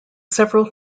several